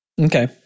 Okay